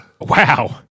Wow